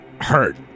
hurt